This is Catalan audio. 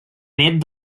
nét